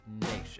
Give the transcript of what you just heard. nation